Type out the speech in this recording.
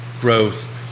growth